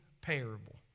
parable